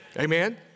Amen